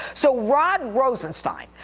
so rod rosenstein,